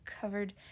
covered